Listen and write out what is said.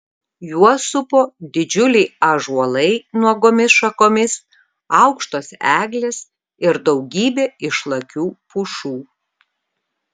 juos supo didžiuliai ąžuolai nuogomis šakomis aukštos eglės ir daugybė išlakių pušų